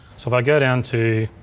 so if i go down to,